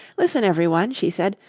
listen, everyone, she said,